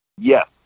Yes